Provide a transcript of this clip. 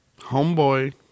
homeboy